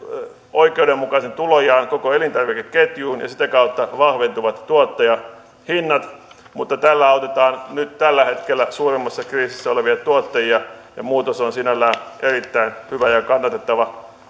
oikeudenmukaisen tulonjaon koko elintarvikeketjuun ja sitä kautta vahventuvat tuottajahinnat mutta tällä autetaan nyt tällä hetkellä suurimmassa kriisissä olevia tuottajia ja muutos on sinällään erittäin hyvä ja kannatettava